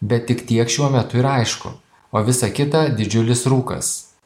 bet tik tiek šiuo metu ir aišku o visa kita didžiulis rūkas